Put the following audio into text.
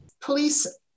Police